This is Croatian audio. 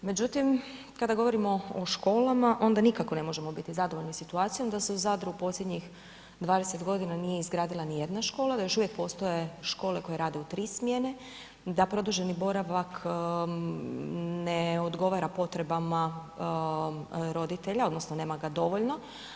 Međutim, kada govorimo o školama, onda nikako ne možemo biti zadovoljni situacijom da se u Zadru posljednjih 20 godina nije izgradila ni jedna škola, da još uvijek postoje škole koje rade u 3 smjene, da produženi boravak ne odgovara potrebama roditelja, odnosno nema ga dovoljno.